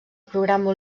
programa